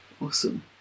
Awesome